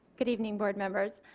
good evening board members,